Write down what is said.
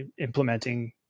implementing